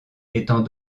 étant